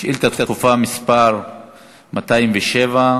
שאילתה דחופה מס' 207,